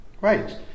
Right